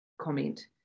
comment